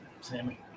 Sammy